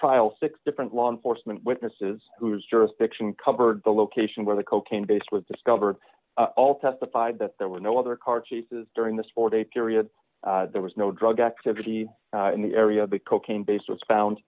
trial six different law enforcement witnesses whose jurisdiction covered the location where the cocaine base was discovered all testified that there were no other car chases during this four day period there was no drug activity in the area but cocaine base was found